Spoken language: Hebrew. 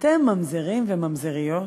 אתם ממזרים וממזריות.